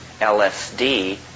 LSD